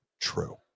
true